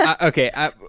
okay